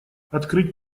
открыть